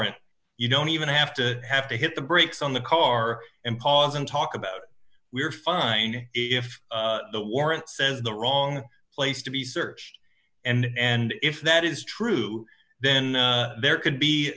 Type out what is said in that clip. t you don't even have to have to hit the brakes on the car and pause and talk about we're fine if the warrant says the wrong place to be searched and if that is true then there could be